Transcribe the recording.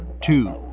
Two